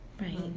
Right